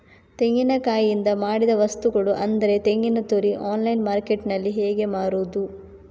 ತೆಂಗಿನಕಾಯಿಯಿಂದ ಮಾಡಿದ ವಸ್ತುಗಳು ಅಂದರೆ ತೆಂಗಿನತುರಿ ಆನ್ಲೈನ್ ಮಾರ್ಕೆಟ್ಟಿನಲ್ಲಿ ಹೇಗೆ ಮಾರುದು?